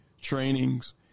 trainings